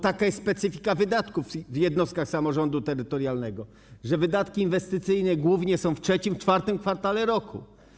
Taka jest specyfika wydatków w jednostkach samorządu terytorialnego, że wydatki inwestycyjne są głównie w III, IV kwartale roku.